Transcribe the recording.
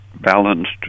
balanced